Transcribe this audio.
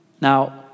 Now